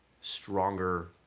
stronger